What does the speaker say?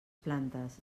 plantes